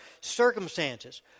circumstances